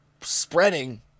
spreading